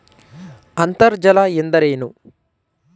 ಅಂತರ್ಜಲ ಎಂದರೇನು?